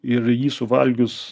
ir jį suvalgius